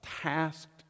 tasked